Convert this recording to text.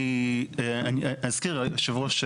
יושב הראש,